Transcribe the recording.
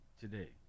today